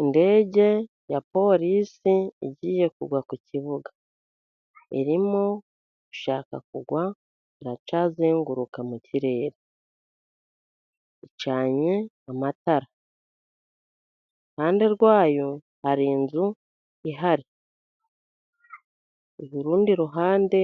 Indege ya polisi igiye kugwa ku kibuga. Irimo gushaka kugwa iracyazenguruka mu kirere, icanye amatara, iruhande rwayo hari inzu ihari, mu rundi ruhande